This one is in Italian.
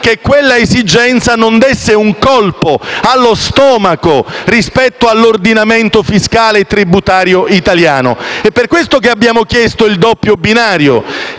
che quella esigenza non desse un colpo allo stomaco rispetto all'ordinamento fiscale e tributario italiano ed è per questo che abbiamo chiesto il doppio binario,